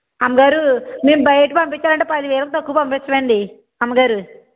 అమ్మగారు మీరు బయట పంపించాలంటే పదివేలకు తక్కువ పంపించమండి అమ్మగారు